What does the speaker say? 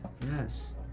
Yes